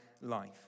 life